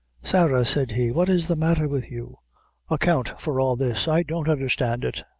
sarah, said he, what is the matter with, you account for all this i don't understand it.